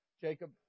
Jacob